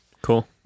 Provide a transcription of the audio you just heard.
Cool